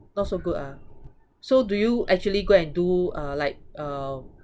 not so good ah so do you actually go and do uh like uh